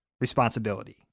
responsibility